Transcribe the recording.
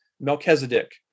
Melchizedek